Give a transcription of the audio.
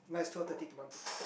mine is twelve thirty to one third